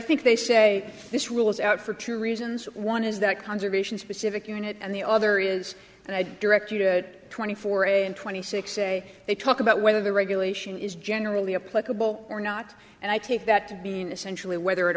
think they say this rule is out for two reasons one is that conservation specific unit and the other is and i direct you to it twenty four and twenty six say they talk about whether the regulation is generally a pluggable or not and i take that to be an essentially whether it